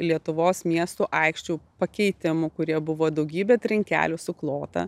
lietuvos miestų aikščių pakeitimų kurie buvo daugybė trinkelių suklota